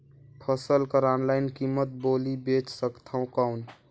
फसल कर ऑनलाइन कीमत बोली बेच सकथव कौन?